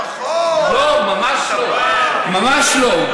ממש לא, ממש לא.